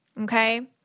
Okay